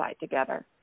together